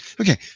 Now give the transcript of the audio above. Okay